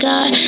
God